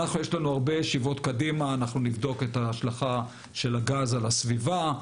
לנו יש עוד הרבה ישיבות ונבדוק את ההשלכה של הגז על הסביבה.